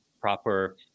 proper